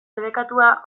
debekatua